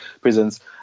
prisons